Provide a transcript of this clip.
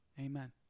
amen